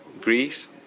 Greece